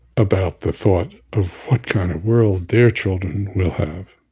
about the thought of what kind of world their children will have